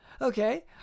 Okay